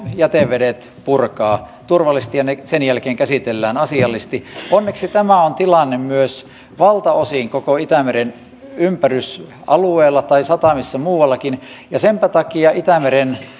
jätevedet purkaa turvallisesti ja ne sen jälkeen käsitellään asiallisesti onneksi tämä on tilanne myös valtaosin koko itämeren ympärysalueella tai satamissa muuallakin senpä takia itämeren